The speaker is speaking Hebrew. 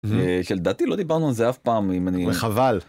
שלדעתי לא דיברנו על זה אף פעם אם אני... -וחבל